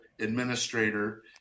administrator